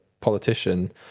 politician